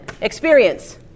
Experience